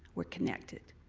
we're connected.